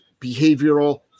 behavioral